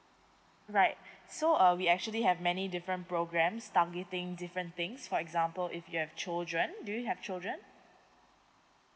right so uh we actually have many different programs targeting different things for example if you have children do you have children